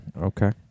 Okay